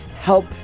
help